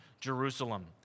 Jerusalem